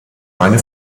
meine